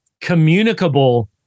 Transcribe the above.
communicable